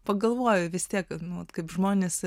pagalvojo vis tiek anot kaip žmonės